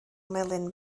melyn